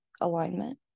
alignment